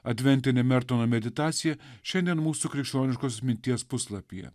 adventinė mertono meditacija šiandien mūsų krikščioniškos minties puslapyje